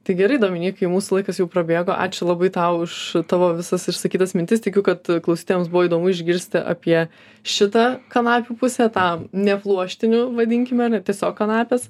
tai gerai dominykai mūsų laikas jau prabėgo ačiū labai tau už tavo visas išsakytas mintis tikiu kad klausytojams buvo įdomu išgirsti apie šitą kanapių pusę tą nepluoštinių vadinkime ne tiesiog kanapės